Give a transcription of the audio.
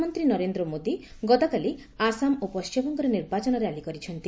ପ୍ରଧାନମନ୍ତ୍ରୀ ନରେନ୍ଦ୍ର ମୋଦୀ ଗତକାଲି ଆସାମ ଓ ପଶ୍ଚିମବଙ୍ଗରେ ନିର୍ବାଚନ ର୍ୟାଲି କରିଛନ୍ତି